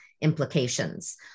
implications